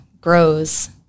grows